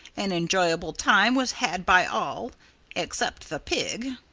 an enjoyable time was had by all except the pig.